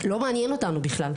לא מעניין אותנו בכלל.